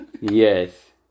Yes